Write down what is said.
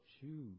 choose